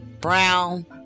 brown